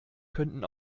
könnten